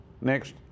Next